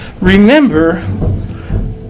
remember